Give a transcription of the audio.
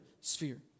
sphere